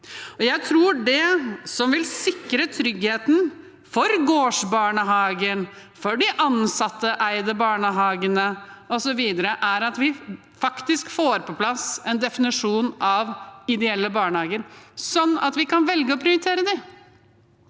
Jeg tror det som vil sikre tryggheten for gårdsbarnehagene, for de ansatteide barnehagene, osv., er at vi faktisk får på plass en definisjon av ideelle barnehager, sånn at vi kan velge å prioritere dem.